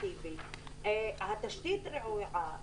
התשתית רעועה,